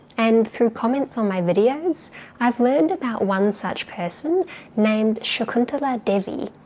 and through comments on my videos i've learned about one such person named shakuntala devi,